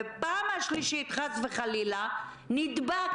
בפעם השלישית חס וחלילה רופא נדבק,